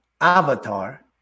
avatar